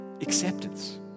acceptance